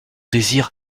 désir